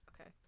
okay